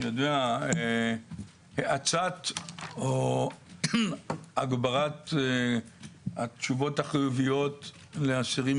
האצת או הגברת התשובות החיוביות לאסירים